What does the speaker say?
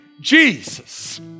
Jesus